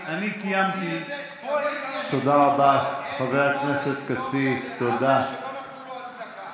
אדוני, אני קיימתי, זה עוול שלא נתנו לו הצדקה.